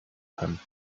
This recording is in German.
kann